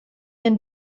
been